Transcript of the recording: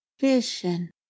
vision